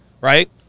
right